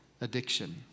addiction